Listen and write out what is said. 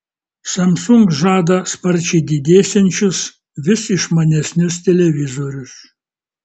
samsung žada sparčiai didėsiančius vis išmanesnius televizorius